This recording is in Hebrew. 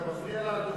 אתה מפריע לדובר.